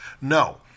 No